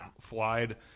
flied